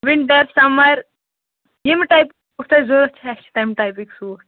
winter summer ییٚمہِ ٹایپٕکۍ suit تۅہہِ ضروٗرت چھِ اَسہِ چھِ تَمہِ ٹایپٕکۍ سوٗٹ